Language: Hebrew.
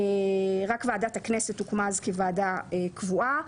רק ועדת הכנסת הוקמה אז כוועדה קבועה.